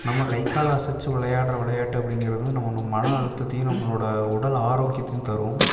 நம்ம கைகாலை அசைத்து விளையாடுற விளையாட்டு அப்படிங்கிறதும் நம்ம நம்ம மன அழுத்தத்தையும் நம்மளோடய உடல் ஆரோக்கியத்தையும் தரும்